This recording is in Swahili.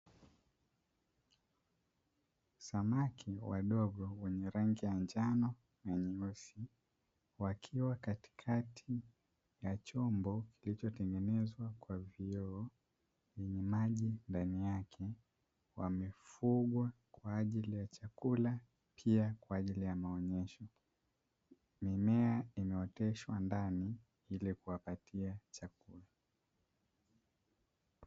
Samaki wadogo wenye rangi ya njano na nyeusi wakiwa katikati ya chombo kilichotengenezwa kwa vioo vyenye maji ndani yake, wamefugwa kwa ajili ya chakula pia kwa ajili ya maonyesho, mimea imeoteshwa ndani ili kuwapatia chakula.